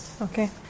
Okay